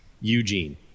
Eugene